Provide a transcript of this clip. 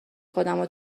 خودمو